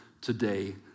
today